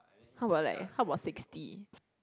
how about like how about sixty